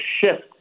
shift